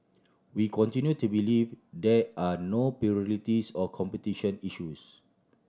we continue to believe there are no pluralities or competition issues